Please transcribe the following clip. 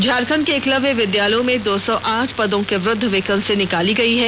झारखंड के एकलव्य विद्यालयों में दो सौ आठ पदो के विरुद्ध वैकेंसी निकाली गई है